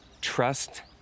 Trust